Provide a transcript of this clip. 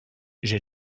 j’ai